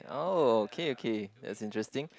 oh okay okay that's interesting